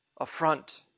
affront